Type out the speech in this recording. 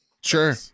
Sure